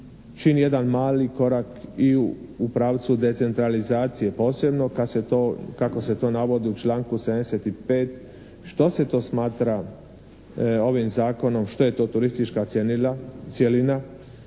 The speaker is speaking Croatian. čini jedan mali korak i u pravcu decentralizacije, posebno kad se to, kako se to navodi u članku 75., što se to smatra ovim Zakonom što je to turistička cjelina